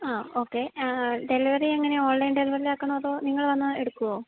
ആ okay delivery എങ്ങനെയാ online ഡെലിവറിലാക്കണോ അതോ നിങ്ങൾ വന്ന് എടുക്കുമോ